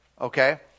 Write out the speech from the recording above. okay